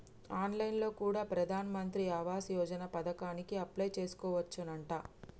on line లో కూడా ప్రధాన్ మంత్రి ఆవాస్ యోజన పథకానికి అప్లై చేసుకోవచ్చునంట